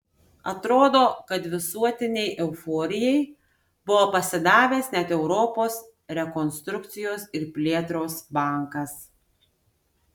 atrodo kad visuotinei euforijai buvo pasidavęs net europos rekonstrukcijos ir plėtros bankas